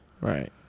Right